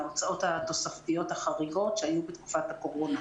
ההוצאות התוספתיות החריגות שהיו בתקופת הקורונה.